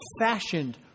fashioned